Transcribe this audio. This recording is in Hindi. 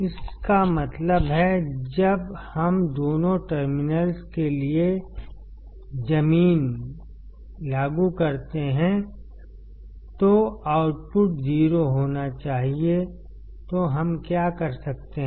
इसका मतलब है जब हम दोनों टर्मिनल्स के लिए जमीन लागू करते हैं तो आउटपुट 0 होना चाहिए तो हम क्या कर सकते हैं